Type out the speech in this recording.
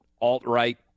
alt-right